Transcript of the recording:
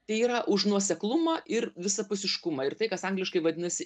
tai yra už nuoseklumą ir visapusiškumą ir tai kas angliškai vadinasi